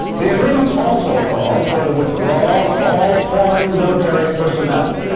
the agreements also called for the withdrawal of all foreign military personnel.